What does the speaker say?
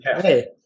Hey